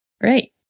Great